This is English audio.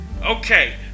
Okay